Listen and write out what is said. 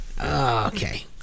Okay